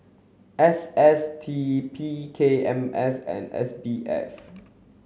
S S T P K M S and S B F